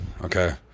Okay